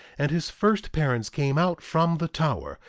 and his first parents came out from the tower,